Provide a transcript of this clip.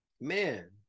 man